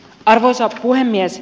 arvoisa puhemies